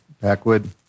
Backwood